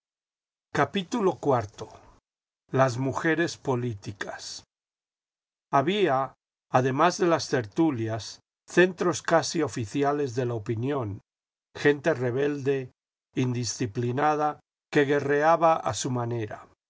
iv las mujeres políticas había además de las tertulias centros casi oficiales de la opinión gente rebelde indisciplinada que guerreaba a su manera